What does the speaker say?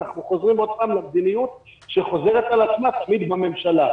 אנחנו חוזרים עוד פעם למדיניות שחוזרת על עצמה תמיד בממשלה.